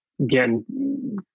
again